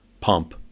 Pump